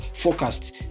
forecast